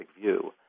view